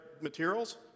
materials